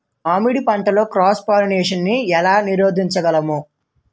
మామిడి పంటలో cross pollination నీ ఏల నీరోధించగలము?